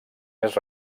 més